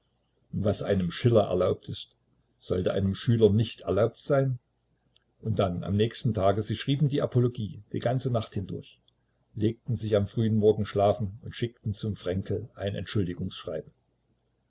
was einem schiller erlaubt ist sollte einem schüler nicht erlaubt sein und dann am nächsten tage sie schrieben die apologie die ganze nacht hindurch legten sich am frühen morgen schlafen und schickten zum fränkel ein entschuldigungsschreiben